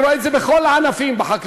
ואני רואה את זה בכל הענפים בחקלאות.